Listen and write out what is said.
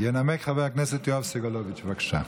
ינמק חבר הכנסת יואב סגלוביץ', בבקשה,